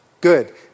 Good